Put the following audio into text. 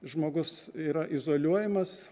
žmogus yra izoliuojamas